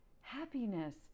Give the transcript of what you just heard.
happiness